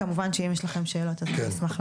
כמובן שאם יש לכם שאלות אני אשמח לענות.